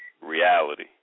reality